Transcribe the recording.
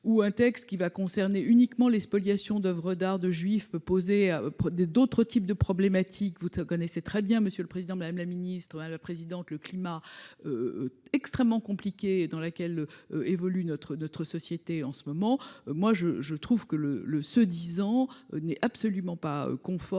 ou un texte qui va concerner uniquement les spoliations d'Oeuvres d'art de juifs peut poser des d'autres types de problématiques vous connaissait très bien monsieur le Président Madame la Ministre le président que le climat. Extrêmement compliquée dans laquelle. Évolue notre notre société en ce moment moi je, je trouve que le le ce 10 ans n'est absolument pas conforme